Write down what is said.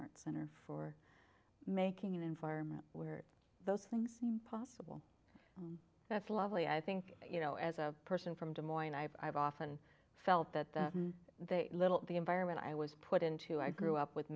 art center for making an environment where those things seem possible that's lovely i think you know as a person from des moines i've often felt that they little the environment i was put into i grew up with